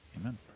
Amen